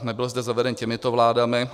Nebyl zde zaveden těmito vládami.